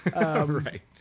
Right